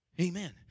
Amen